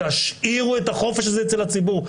תשאירו את החופש הזה אצל הציבור.